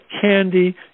candy